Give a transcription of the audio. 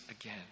again